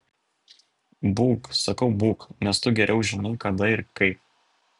būk sakau būk nes tu geriau žinai kada ir kaip